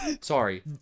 Sorry